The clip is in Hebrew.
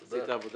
תודה.